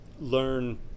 learn